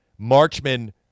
Marchman